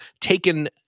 taken